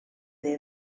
their